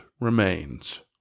remains